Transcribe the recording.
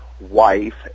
wife